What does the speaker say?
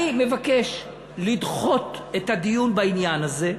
אני מבקש לדחות את הדיון בעניין הזה,